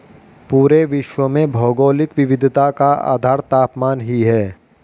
पूरे विश्व में भौगोलिक विविधता का आधार तापमान ही है